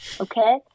Okay